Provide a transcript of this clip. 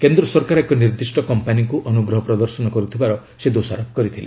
କେନ୍ଦ୍ର ସରକାର ଏକ ନିର୍ଦ୍ଦିଷ୍ଟ କମ୍ପାନୀକୁ ଅନୁଗ୍ରହ ପ୍ରଦର୍ଶନ କରୁଥିବାର ସେ ଦୋଷାରୋପ କରିଥିଲେ